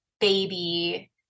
baby